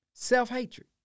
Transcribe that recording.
Self-hatred